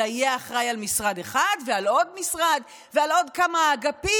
אלא הוא יהיה אחראי על משרד אחד ועל עוד משרד ועל עוד כמה אגפים,